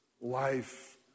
life